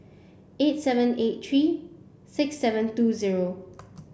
eight seven eight three six seven two zero